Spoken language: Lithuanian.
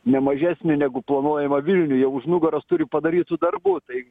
ne mažesnį negu planuojama vilniuje už nugaros turi padarytų darbų tai